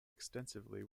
extensively